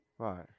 Right